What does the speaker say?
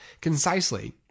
concisely